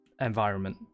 environment